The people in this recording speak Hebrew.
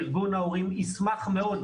ארגון ההורים ישמח מאוד,